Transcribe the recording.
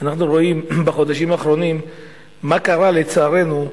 ואם אנחנו רואים בחודשים האחרונים מה קרה, לצערנו,